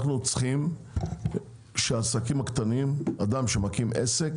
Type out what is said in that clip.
אנחנו צריכים שאדם שמקים עסק